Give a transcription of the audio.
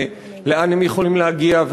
לאן הם יכולים להגיע?